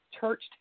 church